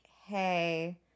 hey